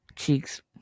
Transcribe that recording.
Cheeks